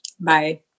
bye